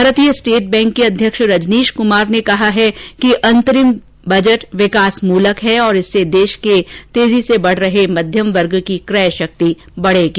भारतीय state bank के अध्यक्ष रजनीश कुमार ने कहा है कि अंतरिम बजट विकासमूलक है और इससे देश के तेजी से बढ़ रहे मध्यम वर्ग की क्रय शक्ति बढ़ेगी